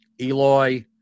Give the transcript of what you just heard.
Eloy